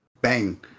bang